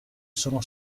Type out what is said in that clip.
sono